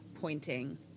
pointing